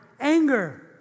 anger